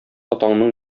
атаңның